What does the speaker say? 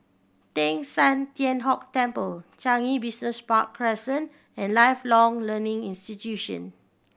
Teng San Tian Hock Temple Changi Business Park Crescent and Lifelong Learning Institution